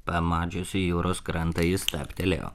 pamačiusi jūros krantą ji stabtelėjo